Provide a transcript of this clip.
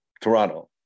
toronto